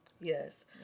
Yes